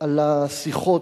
על השיחות,